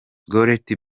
gareth